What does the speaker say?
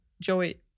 Joey